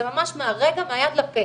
זה ממש מהיד לפה